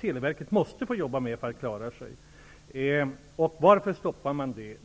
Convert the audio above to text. Televerket måste göra detta för att klara sig. Varför stoppade man då detta?